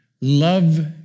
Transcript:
love